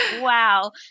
wow